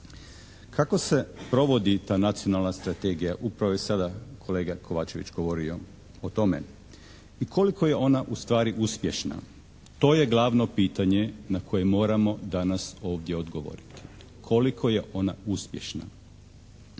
Kako se provodi ta nacionalna strategija upravo je sada kolega Kovačević govorio o tome i koliko je ona ustvari uspješna to je glavno pitanje na koje moramo danas ovdje odgovoriti. Koliko je ona uspješna?